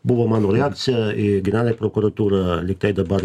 buvo mano reakcija į generalinę prokuratūrą lyg tai dabar